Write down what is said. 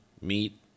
meat